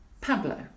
Pablo